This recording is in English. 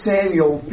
Samuel